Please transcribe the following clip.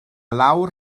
lawr